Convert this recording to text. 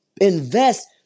invest